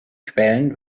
quellen